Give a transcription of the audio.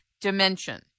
dimension